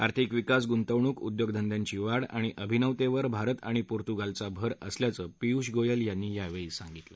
आर्थिक विकास गुंतवणूक उद्योगधंद्यांची वाढ आणि अभिनवतेवर भारत आणि पोर्तुगालचा भर असल्याचं पियुष गोयल यांनी यावेळी सांगितलं